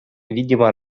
видимо